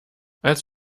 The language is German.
als